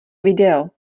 video